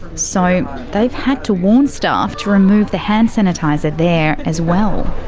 so they've had to warn staff to remove the hand sanitiser there as well.